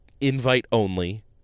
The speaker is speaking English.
invite-only